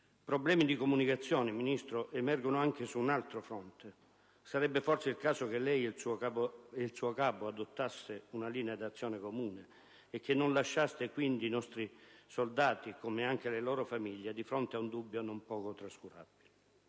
Problemi di comunicazione, Ministro, emergono anche su un altro fronte. Sarebbe forse il caso che lei e il suo capo adottaste una linea di azione comune e che non lasciaste quindi i nostri soldati, come anche le loro famiglie, di fronte a un dubbio non certo trascurabile.